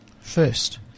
first